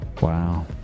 Wow